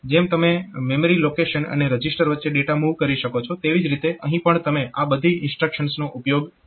જેમ તમે memory location અને રજીસ્ટર વચ્ચે ડેટા મૂવ કરી શકો છો તેવી જ રીતે અહીં પણ તમે આ બધી ઇન્સ્ટ્રક્શન્સનો ઉપયોગ કરી શકો છો